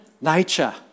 nature